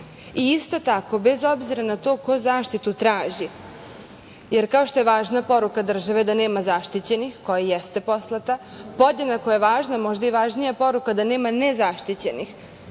tako, bez obzira na to ko zaštitu traži, jer kao što je važna poruka države da nema zaštićenih, koja jeste poslata, podjednako je važna, možda i važnija poruka da nema nezaštićenih